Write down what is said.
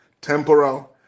temporal